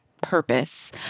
purpose